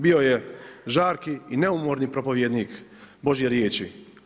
Bio je žarki i neumorni propovjednik božje riječi.